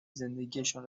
زندگیشان